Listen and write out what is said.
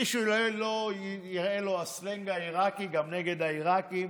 ומי שלא ייראה לו הסלנג העירקי, גם נגד העירקים.